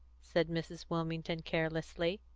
said mrs. wilmington carelessly.